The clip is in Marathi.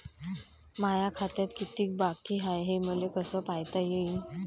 माया खात्यात कितीक बाकी हाय, हे मले कस पायता येईन?